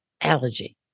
allergy